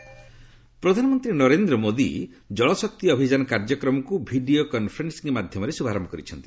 ଜଳଶକ୍ତି mission ପ୍ରଧାନମନ୍ତ୍ରୀ ନରେନ୍ଦ୍ର ମୋଦୀ ଜଳଶକ୍ତି ଅଭିଯାନ କାର୍ଯ୍ୟକ୍ରମକୁ ଭିଡ଼ିଓ କନ୍ଫରେନ୍ଦିଂ ମାଧ୍ୟମରେ ଶୁଭାରର୍ୟ କରିଛନ୍ତି